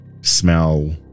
smell